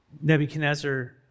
Nebuchadnezzar